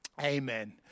amen